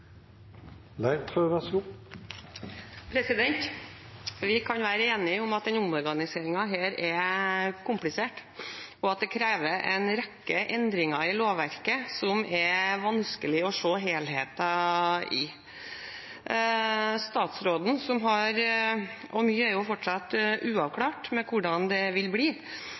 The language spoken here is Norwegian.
at det krever en rekke endringer i lovverket som det er vanskelig å se helheten i. Og mye er jo fortsatt uavklart med hensyn til hvordan det vil bli.